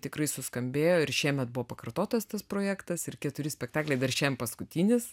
tikrai suskambėjo ir šiemet buvo pakartotas tas projektas ir keturi spektakliai dar šiem paskutinis